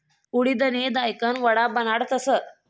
उडिदनी दायकन वडा बनाडतस